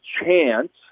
chance